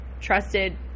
trusted